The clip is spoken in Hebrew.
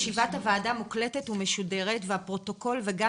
ישיבת הוועדה מוקלטת ומשודרת והפרוטוקול וגם